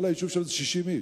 כל היישוב שם זה 60 איש.